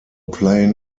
plain